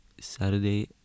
Saturday